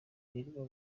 ibirimo